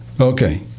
Okay